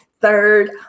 third